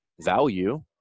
value